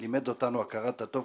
לימד אותנו הכרת הטוב.